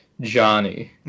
Johnny